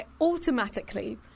automatically